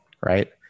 right